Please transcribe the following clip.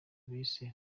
bise